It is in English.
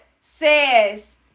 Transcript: says